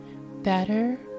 better